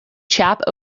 chap